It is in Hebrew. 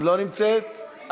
לא נמצאת?